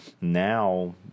Now